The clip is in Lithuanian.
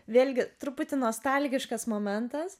vėlgi truputį nostalgiškas momentas